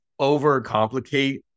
overcomplicate